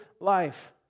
life